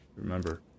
remember